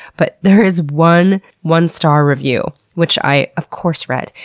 but there is one one-star review, which i, of course, read.